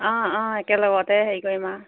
অঁ অঁ একেলগতে হেৰি কৰিম আৰু